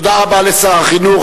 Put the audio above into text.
תודה רבה לשר החינוך.